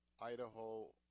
Idaho